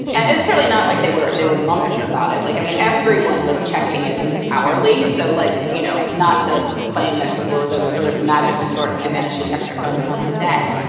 ah it's certainly not like they were they were monks about it. like i mean everyone was checking at least hourly. so like you know not to claim that people or those sort of magical sorts who managed to check their phones once a day.